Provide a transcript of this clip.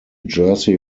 jersey